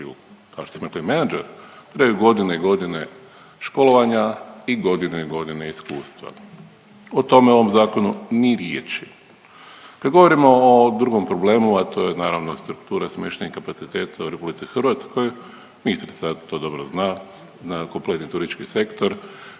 kao što smo rekli manager, trebaju godine i godine školovanja i godine i godine iskustva. O tome u ovom zakonu ni riječi. Kad govorimo o drugom problemu, a to je naravno struktura smještajnih kapaciteta u RH, ministrica to dobro zna, zna kompletni turistički sektor,